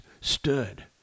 stood